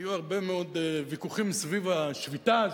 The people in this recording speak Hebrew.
היו הרבה מאוד ויכוחים סביב השביתה הזאת,